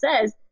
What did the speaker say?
says